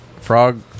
Frog